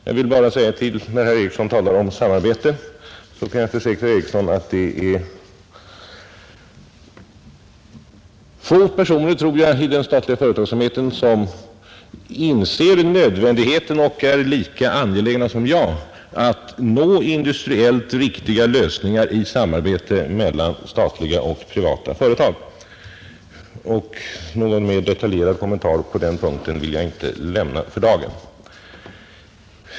Jag vill bara försäkra, eftersom herr Ericsson talade om samarbete, att det torde finnas få personer i den statliga företagsamheten som lika klart inser nödvändigheten av och är lika angelägna som jag att nå industriellt riktiga lösningar i samarbete mellan statliga och privata företag. Någon mer detaljerad kommentar på den punkten vill jag inte lämna för dagen.